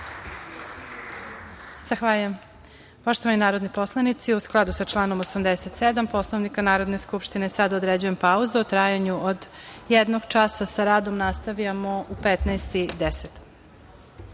Zahvaljujem. Poštovani narodni poslanici, u skladu sa članom 87. Poslovnika Narodne skupštine, sada određujem pauzu u trajanju od jednog časa. Sa radom nastavljamo u 15.10